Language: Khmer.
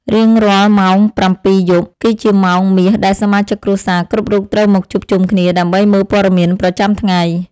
រៀងរាល់ម៉ោងប្រាំពីរយប់ គឺជាម៉ោងមាសដែលសមាជិកគ្រួសារគ្រប់រូបត្រូវមកជួបជុំគ្នាដើម្បីមើលព័ត៌មានប្រចាំថ្ងៃ។